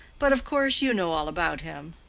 but, of course, you know all about him.